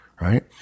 right